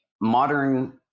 modern